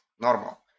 normal